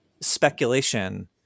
speculation